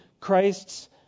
Christ's